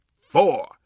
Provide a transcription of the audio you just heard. four